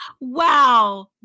Wow